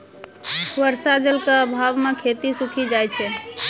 बर्षा जल क आभाव म खेती सूखी जाय छै